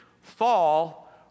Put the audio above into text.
fall